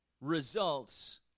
results